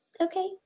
Okay